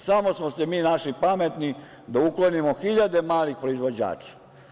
Samo smo se mi našli pametni da uklonimo hiljade malih proizvođača.